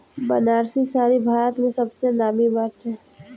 बनारसी साड़ी भारत में सबसे नामी बाटे